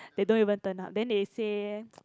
they don't even turn up then they say